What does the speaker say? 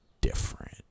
different